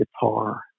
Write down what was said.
guitar